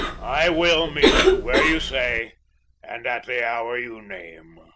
i will meet you where you say and at the hour you name.